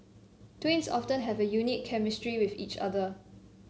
twins often have a unique chemistry with each other